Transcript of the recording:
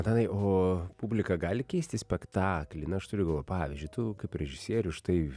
antanai o publika gali keisti spektaklį na aš turiu galvoj pavyzdžiui tu kaip režisierius štai